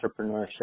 entrepreneurship